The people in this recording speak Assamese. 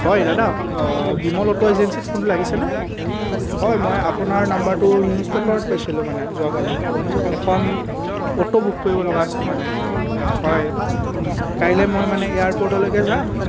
হয় দাদা অঁ বিমল অটো এজেঞ্চিত ফোনটো লাগিছে নে হয় মই আপোনাৰ নাম্বাৰটো নিউজ পেপাৰত পাইছিলোঁ মানে যোৱাকালি এখন অটো বুক কৰিব লগা আছিল মানে হয় কাইলে মই মানে এয়াৰপৰ্টলৈকে যাম